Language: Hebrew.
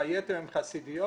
והיתר הם חסידיות,